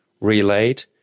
relayed